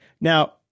Now